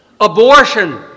Abortion